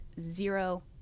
zero